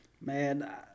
Man